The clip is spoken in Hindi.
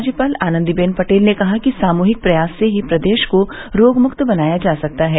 राज्यपाल आनन्दीबेन पटेल ने कहा कि सामूहिक प्रयास से ही प्रदेश को रोग मुक्त बनाया जा सकता है